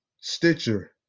Stitcher